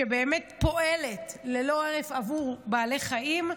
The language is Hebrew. שבאמת פועלת ללא הרף עבור בעלי חיים.